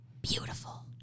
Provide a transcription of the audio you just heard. beautiful